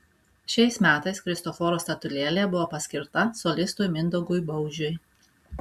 šiais metais kristoforo statulėlė buvo paskirta solistui mindaugui baužiui